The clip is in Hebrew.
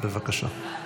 בבקשה.